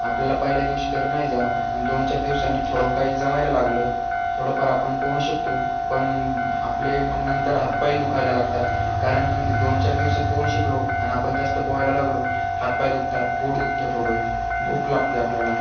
आपल्याला पहिल्या दिवशी तर नाही जमत पण दोन चार दिवसांनी थोडं काही जमायला लागलं थोडंफार आपण पोहणं शिकतो पण आपले मग नंतर हातपायही दुखायला लागतात कारण दोन चार दिवसात पोहणं शिकलो आणि आपण जास्त पोहायला लागलो हातपाय दुखतात पोट दुखतं थोडं भूक लागते आपल्याला